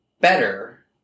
better